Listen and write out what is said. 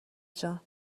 جان